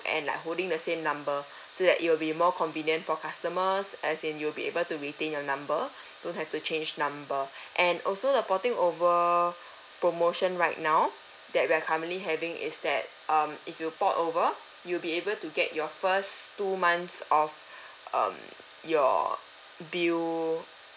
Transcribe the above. and like holding the same number so that it will be more convenient for customers as in you'll be able to retain your number don't have to change number and also the porting over promotion right now that we are currently having is that um if you port over you'll be able to get your first two months of um your bill